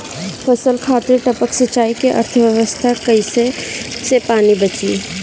फसल खातिर टपक सिंचाई के व्यवस्था कइले से पानी बंची